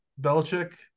Belichick